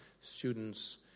students